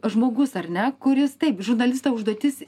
žmogus ar ne kuris taip žurnalisto užduotis